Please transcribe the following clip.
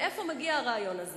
מאיפה מגיע הרעיון הזה.